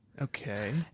Okay